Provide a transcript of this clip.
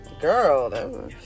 Girl